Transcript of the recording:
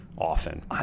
Often